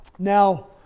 Now